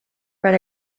per